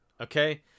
Okay